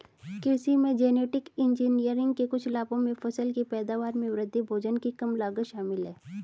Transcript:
कृषि में genetic engineering के कुछ लाभों में फसल की पैदावार में वृद्धि, भोजन की कम लागत शामिल हैं